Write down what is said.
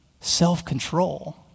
self-control